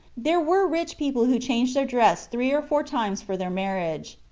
there were rich people who changed their dress three or four times for their marriage.